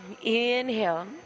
Inhale